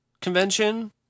convention